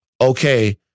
okay